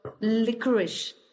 licorice